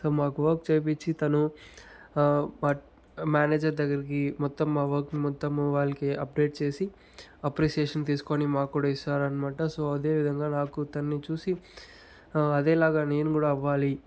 so మాకు work చేయించి తను బట్ మేనేజర్ దగ్గరికి మొత్తం మా వర్క్ మొత్తం వాళ్ళకి అప్డేట్ చేసి అప్రిసెషన్ తీసుకొని మాకు కూడా ఇస్తారన్నమాట సో అదే విధంగా నాకు తనని చూసి అదే లాగా నేను కూడా అవ్వాలి